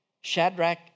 Shadrach